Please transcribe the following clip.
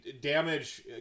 damage